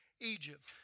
Egypt